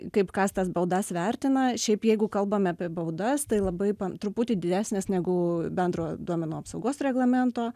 kaip kas tas baudas vertina šiaip jeigu kalbame apie baudas tai labai truputį didesnės negu bendrojo duomenų apsaugos reglamento